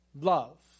love